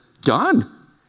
done